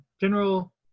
General